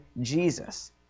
Jesus